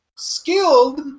skilled